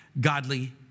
godly